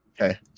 Okay